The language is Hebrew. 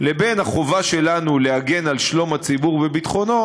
לבין החובה שלנו להגן על שלום הציבור וביטחונו,